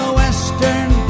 western